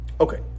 Okay